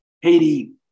Haiti